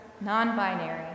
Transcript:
non-binary